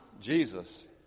Jesus